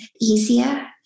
easier